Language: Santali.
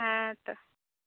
ᱦᱮᱸ ᱛᱚ